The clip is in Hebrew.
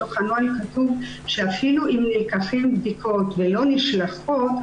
בתוך הנוהל כתוב שאפילו אם נלקחות בדיקות והן לא נשלחות,